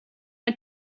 m’a